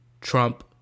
Trump